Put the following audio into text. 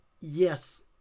yes